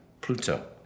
Pluto